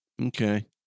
Okay